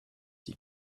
die